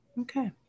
Okay